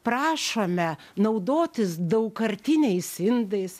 prašome naudotis daugkartiniais indais